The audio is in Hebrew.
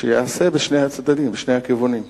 שזה ייעשה בשני הצדדים, בשני הכיוונים.